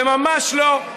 וממש לא,